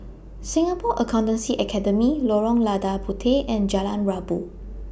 Singapore Accountancy Academy Lorong Lada Puteh and Jalan Rabu